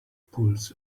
pulls